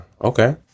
Okay